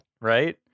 right